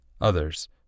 Others